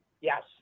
Yes